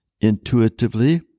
Intuitively